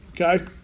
Okay